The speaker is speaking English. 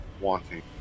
wanting